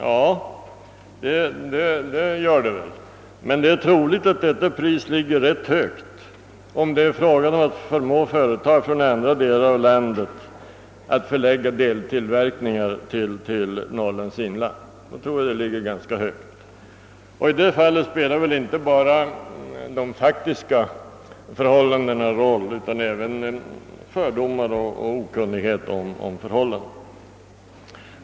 Ja, om det är fråga om att förmå företag från andra delar av landet att förlägga deltillverkning till Norrlands inland, tror jag att detta pris ligger ganska högt. I det fallet spelar inte enbart de faktiska omständigheterna en roll, utan även fördomar och okunnighet om förhållandena.